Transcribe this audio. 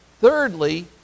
thirdly